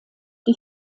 die